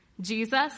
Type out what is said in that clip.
Jesus